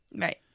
Right